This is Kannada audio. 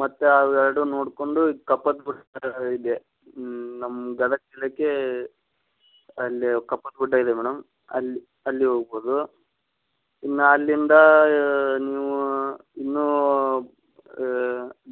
ಮತ್ತು ಅವೆರಡು ನೋಡಿಕೊಂಡು ಈ ಕಪ್ಪತಗುಡ್ಡ ಇದೆ ಹ್ಞೂ ನಮ್ಮ ಗದಗ ಜಿಲ್ಲೆಗೆ ಅಲ್ಲೇ ಕಪ್ಪತಗುಡ್ಡ ಇದೆ ಮೇಡಮ್ ಅಲ್ಲಿ ಅಲ್ಲಿ ಹೋಗ್ಬೋದು ಇನ್ನು ಅಲ್ಲಿಂದ ನೀವು ಇನ್ನೂ